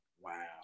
Wow